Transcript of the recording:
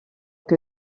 que